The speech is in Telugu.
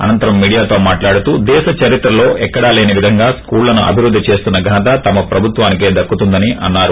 అనంతరం మీడియాతో మాట్లాడుతూ దేశ చరిత్రలో ఎక్కడాలేని విధంగా స్కూళ్లను అభివృద్ది చేస్తున్న ఘనత తమ ప్రభుత్వానికే దక్కుతుందని అన్నారు